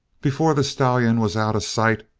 before the stallion was out of sight,